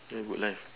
why good life